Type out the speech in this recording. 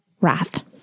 wrath